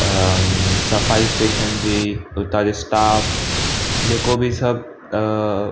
अम सफ़ाई स्टेशन्स जी उता जो स्टाफ जेको बि सभु अ